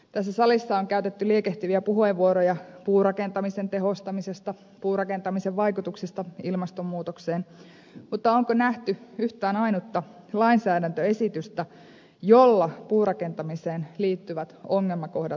tässä salissa on käytetty liekehtiviä puheenvuoroja puurakentamisen tehostamisesta puurakentamisen vaikutuksista ilmastonmuutokseen mutta onko nähty yhtään ainutta lainsäädäntöesitystä jolla puurakentamiseen liittyvät ongelmakohdat ratkaistaisiin